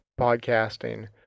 podcasting